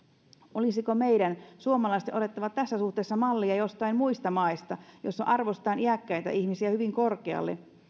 olisiko meidän suomalaisten otettava tässä suhteessa mallia joistain muista maista joissa arvostetaan iäkkäitä ihmisiä hyvin korkealle